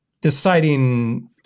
deciding